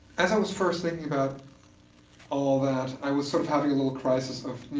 as i was first thinking about all that, i was sort of having a little crisis of,